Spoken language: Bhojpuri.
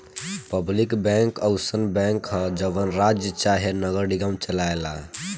पब्लिक बैंक अउसन बैंक ह जवन राज्य चाहे नगर निगम चलाए ला